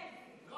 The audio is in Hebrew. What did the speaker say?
כן, כן.